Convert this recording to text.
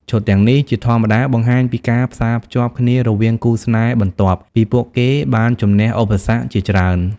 ឈុតទាំងនេះជាធម្មតាបង្ហាញពីការផ្សារភ្ជាប់គ្នារវាងគូស្នេហ៍បន្ទាប់ពីពួកគេបានជម្នះឧបសគ្គជាច្រើន។